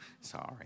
sorry